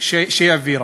שהיא העבירה.